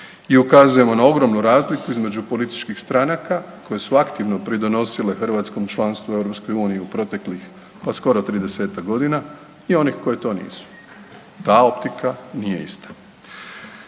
i ukazujemo na ogromnu razliku između političkih stranaka koje su aktivno pridonosile hrvatskom članstvu u EU u proteklih pa skoro 30-ak godina i onih koji to nisu. Ta optika nije ista.